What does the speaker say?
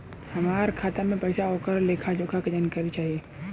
हमार खाता में पैसा ओकर लेखा जोखा के जानकारी चाही?